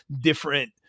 different